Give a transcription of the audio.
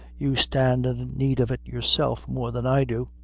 you stand in need of it yourself more than i do.